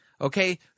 okay